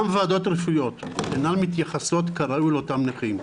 גם ועדות רפואיות אינן מתייחסות כראוי לאותם נכים,